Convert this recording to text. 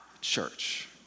church